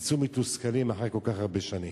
יצאו מתוסכלים אחרי כל כך הרבה שנים.